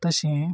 तशें